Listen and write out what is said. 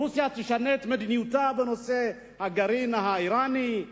רוסיה תשנה את מדיניותה בנושא הגרעין האירני,